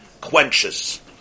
quenches